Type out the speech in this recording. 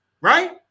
right